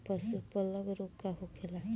पशु प्लग रोग का होखेला?